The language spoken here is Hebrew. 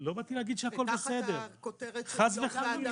לא באתי להגיד שהכול בסדר, חס וחלילה.